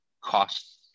costs